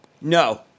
No